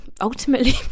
ultimately